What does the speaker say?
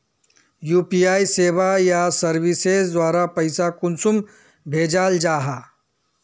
UPI सेवाएँ या services द्वारा पैसा कुंसम भेजाल जाहा?